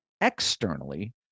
externally